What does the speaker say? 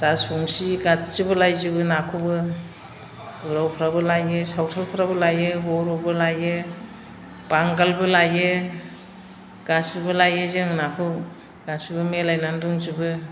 राजबंसि गासैबो लायजोबो नाखौबो उरावफ्राबो लायो सावथालफ्राबो लायो बर'बो लाइयो बांगालबो लाइयो गासैबो लाइयो जों नाखौ गासैबो मिलायनानै दंजोबो